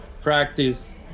practice